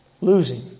losing